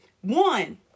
one